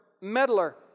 meddler